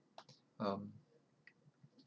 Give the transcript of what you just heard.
um